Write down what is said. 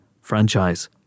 Franchise